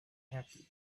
happy